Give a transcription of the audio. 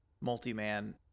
multi-man